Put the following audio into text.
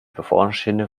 bevorstehende